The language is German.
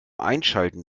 einschalten